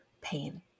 pain